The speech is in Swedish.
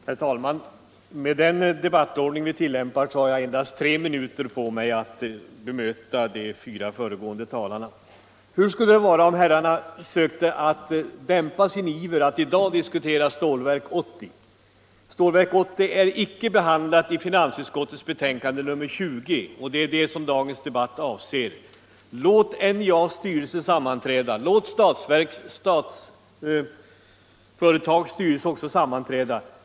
Herr talman! Med den debattordning vi tillämpar har jag endast tre minuter på mig att bemöta de fyra föregående talarna. Hur skulle det vara om herrarna sökte dämpa sin iver att i dag diskutera Stålverk 80? Stålverk 80 är icke behandlat i finansutskottets betänkande nr 20, och det är det betänkandet som dagens debatt avser. Låt NJA:s styrelse sammanträda, och låt även styrelsen för Statsföretag AB sammanträda.